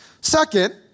Second